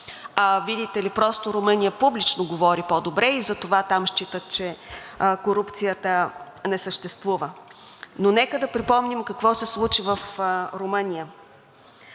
видите ли, просто Румъния публично говори по-добре и затова там считат, че корупцията не съществува. Нека да припомня какво се случи в Румъния.